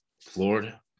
Florida